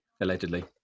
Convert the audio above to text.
allegedly